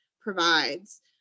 provides